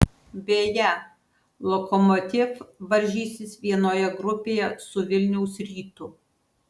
beje lokomotiv varžysis vienoje grupėje su vilniaus rytu